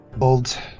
Old